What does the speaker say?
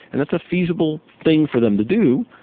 and that's a feasible thing for them to do.